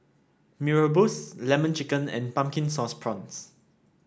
Mee Rebus lemon chicken and Pumpkin Sauce Prawns